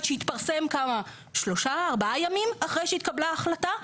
שהתפרסם שלושה או ארבעה ימים אחרי שהתקבלה ההחלטה,